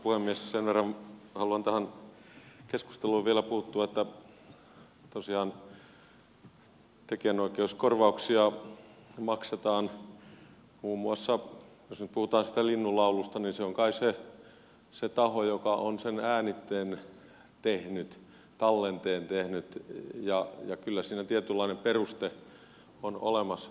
sen verran haluan tähän keskusteluun vielä puuttua että tosiaan tekijänoikeuskorvauksia maksetaan muun muassa jos nyt puhutaan siitä linnunlaulusta kai sille taholle joka on sen äänitteen tehnyt tallenteen tehnyt ja kyllä siinä tietynlainen peruste on olemassa